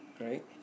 Right